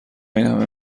اینهمه